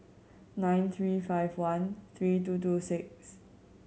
nine three five one three two two six